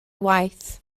waith